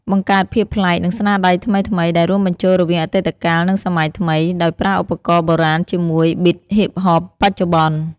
បង្កើតភាពប្លែក និងស្នាដៃថ្មីៗ ដែលរួមបញ្ចូលរវាងអតីតកាល និងសម័យថ្មី ដោយប្រើឧបករណ៍បុរាណជាមួយប៊ីតហ៊ីបហបបច្ចុប្បន្ន។